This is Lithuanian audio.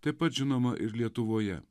taip pat žinoma ir lietuvoje